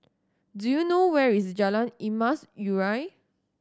do you know where is Jalan Emas Urai